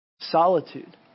solitude